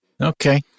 Okay